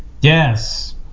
yes